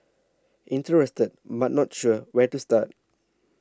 interested but not sure where to start